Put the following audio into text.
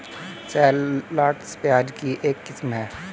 shallots, प्याज की एक किस्म है